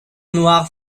noire